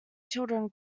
children